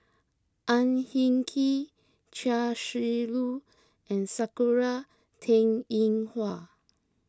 Ang Hin Kee Chia Shi Lu and Sakura Teng Ying Hua